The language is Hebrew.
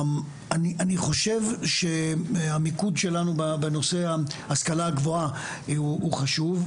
אני חושב שהמיקוד שלנו בנושא השכלה גבוהה הוא חשוב,